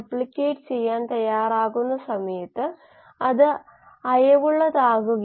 ഉൽപ്പന്ന വരുമാനം മെച്ചപ്പെടുത്തുന്നതിനായി ആ പാതകളെ വിശകലനം ചെയ്യുന്ന രീതി നോക്കാം